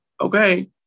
Okay